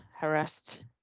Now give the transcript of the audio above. harassed